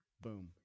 Boom